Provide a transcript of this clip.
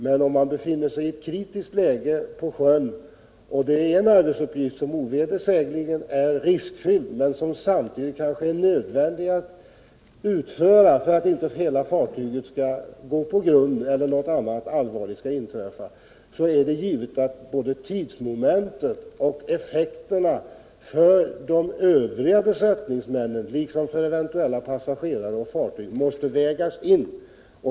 Men om man befinner sig i ett kritiskt läge på sjön, och det gäller en arbetsuppgift som ovedersägligen är riskfylld men samtidigt kanske nödvändig att utföra för att inte fartyget skall gå på grund eller något annat allvarligt skall inträffa, är det givet att både tidsmomentet och effekterna för de övriga besättningsmännen liksom för eventuella passagerare och för fartyget måste vägas in.